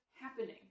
happening